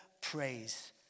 praise